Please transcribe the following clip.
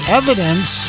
evidence